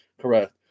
correct